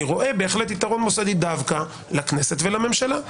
אני בהחלט רואה יתרון מוסדי דווקא לכנסת ולממשלה.